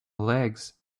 legs